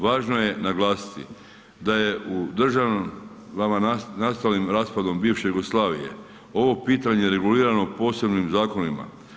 Važno je naglasiti da je u državama nastalim raspadom bivše Jugoslavije ovo pitanje regulirano posebnim zakonima.